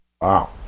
Wow